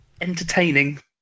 entertaining